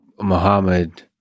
Muhammad